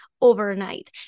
overnight